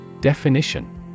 Definition